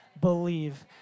believe